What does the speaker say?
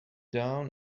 down